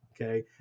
Okay